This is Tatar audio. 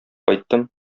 кайттым